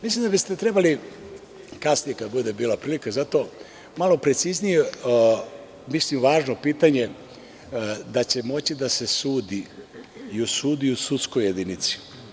Mislim da biste trebali, kasnije, kada bude bila prilika za to, malo preciznije da objasnite da će moći da se sudi i u sudu i u sudskoj jedinici.